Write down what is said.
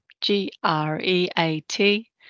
G-R-E-A-T